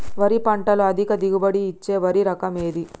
వరి పంట లో అధిక దిగుబడి ఇచ్చే వరి రకం ఏది?